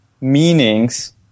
meanings